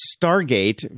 Stargate